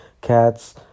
cats